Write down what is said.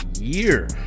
Year